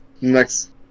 next